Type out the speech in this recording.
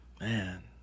Man